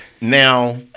Now